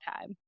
time